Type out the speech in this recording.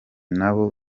nabo